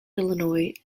illinois